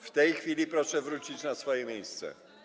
W tej chwili proszę wrócić na swoje miejsce.